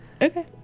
Okay